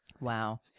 Wow